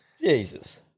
Jesus